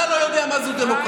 אתה לא יודע מה זה דמוקרטיה.